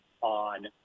on